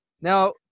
Now